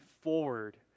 forward